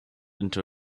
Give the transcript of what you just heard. into